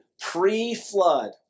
pre-flood